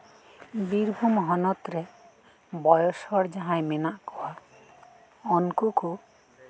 ᱵᱤᱨᱵᱷᱩᱢ ᱦᱚᱱᱚᱛ ᱨᱮ ᱵᱚᱭᱚᱥ ᱦᱚᱲ ᱡᱟᱸᱦᱟᱭ ᱢᱮᱱᱟᱜ ᱠᱚᱣᱟ ᱩᱱᱠᱩ ᱠᱚ